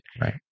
right